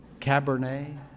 Cabernet